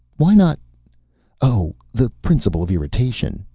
why not oh, the principle of irritation,